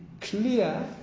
clear